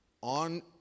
on